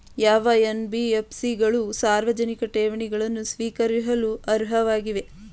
ಯಾವ ಎನ್.ಬಿ.ಎಫ್.ಸಿ ಗಳು ಸಾರ್ವಜನಿಕ ಠೇವಣಿಗಳನ್ನು ಸ್ವೀಕರಿಸಲು ಅರ್ಹವಾಗಿವೆ?